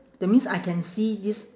that means I can see this